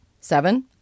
Seven